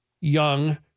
young